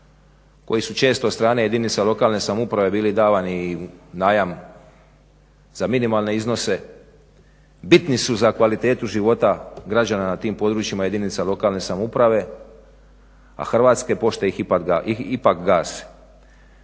koji su često od strane jedinica lokalne samouprave bili davani u najam za minimalne iznose, bitni su za kvalitetu života građana na tim područjima jedinica lokalne samouprave, a Hrvatske pošte ih ipak gase.